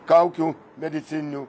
kaukių medicininių